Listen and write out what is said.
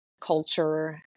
culture